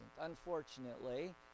unfortunately